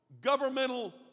governmental